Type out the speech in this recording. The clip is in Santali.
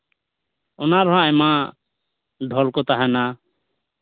ᱚᱱᱟ ᱨᱮᱦᱚᱸ ᱟᱭᱢᱟ ᱰᱷᱚᱞ ᱠᱚ ᱛᱟᱦᱮᱱᱟ